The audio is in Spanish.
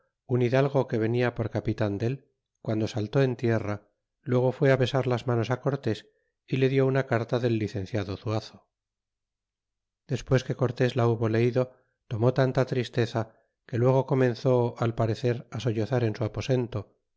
un hidalgo que venia por capitan del guando saltó en tierra luego fué á besar las manos á cortés y le die una carta del licenciado zuazo y despues que cortés la hubo leido tomó tanta tristeza que luego comenzó al parecer á sollozar en su aposeril